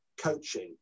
coaching